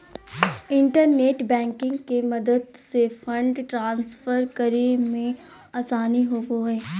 internet banking के मदद से फंड ट्रांसफर करे मे आसानी होवो हय